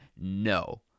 no